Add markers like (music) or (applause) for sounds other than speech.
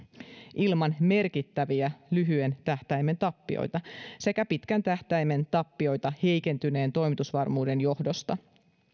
ilman merkittäviä lyhyen tähtäimen tappioita (unintelligible) (unintelligible) (unintelligible) (unintelligible) (unintelligible) (unintelligible) sekä pitkän tähtäimen tappioita heikentyneen toimitusvarmuuden johdosta